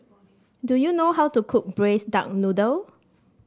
do you know how to cook Braised Duck Noodle